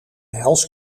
hels